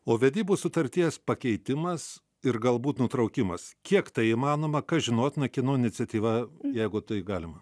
o vedybų sutarties pakeitimas ir galbūt nutraukimas kiek tai įmanoma kas žinotina kieno iniciatyva jeigu tai galima